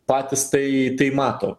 patys tai tai mato